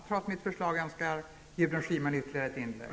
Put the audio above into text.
Trots mitt förslag önskar Gudrun Schyman ytterligare ett inlägg.